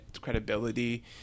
credibility